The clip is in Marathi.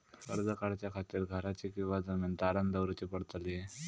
कर्ज काढच्या खातीर घराची किंवा जमीन तारण दवरूची पडतली?